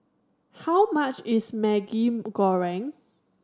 how much is Maggi Goreng